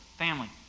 Family